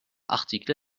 article